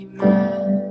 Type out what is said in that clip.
Amen